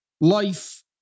life